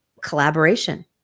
Collaboration